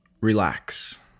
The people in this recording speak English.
Relax